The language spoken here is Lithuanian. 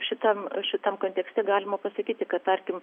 šitam šitam kontekste galima pasakyti kad tarkim